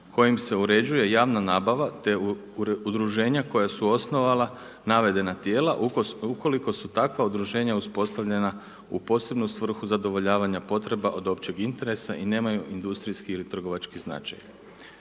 kojim se uređuje javna nabava te udruženja koja su osnovala navedena tijela ukoliko su takva udruženja uspostavljena u posebnu svrhu zadovoljavanja potreba od općeg interesa i nemaju industrijskih ili trgovački značaj.